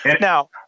Now